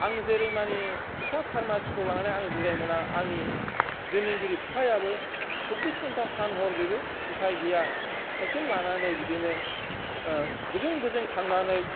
आं जेरै माने फिसा फार्मासिखौ लानानै आं जिरायनो मोना आंनि जोनोमगिरि बिफायाबो सब्बिस घन्टा सान हर बेबो उफाय गैया साइकेल लानानै बिदिनो बोजों बोजों थांनानै